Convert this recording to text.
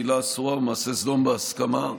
בעילה אסורה ומעשה סדום בהסכמה,